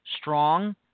strong